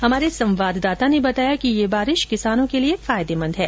हमारे संवाददाता ने बताया कि ये बारिश किसानों के लिए फायदेमंद है